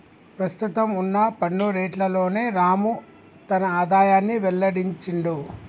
ప్రస్తుతం వున్న పన్ను రేట్లలోనే రాము తన ఆదాయాన్ని వెల్లడించిండు